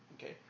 okay